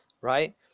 right